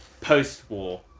Post-war